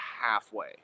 halfway